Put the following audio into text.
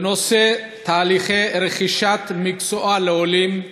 בנושא תהליכי רכישת מקצוע לעולים,